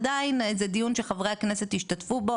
עדיין זה דיון שחברי הכנסת ישתתפו בו